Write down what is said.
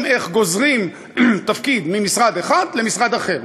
איך גוזרים תפקיד ממשרד אחד למשרד אחר,